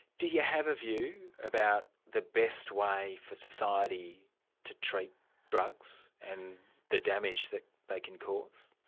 do you have a view about the best way for society to treat drugs, and the damage that they can cause?